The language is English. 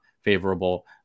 favorable